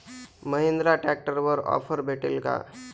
महिंद्रा ट्रॅक्टरवर ऑफर भेटेल का?